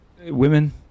Women